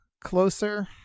closer